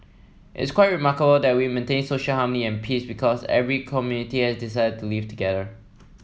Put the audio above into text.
it is quite remarkable that we maintain social harmony and peace because every community has decided to live together